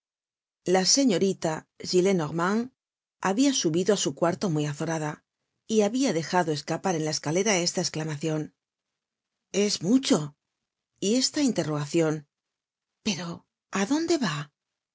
la señorita gillenormand habia subido á su cuarto muy azorada y habia dejado escapar en la escalera esta es elamacion es mucho y esta interrogacion pero á dónde va